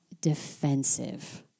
defensive